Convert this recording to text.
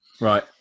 right